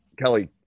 kelly